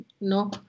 no